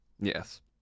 Yes